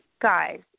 guys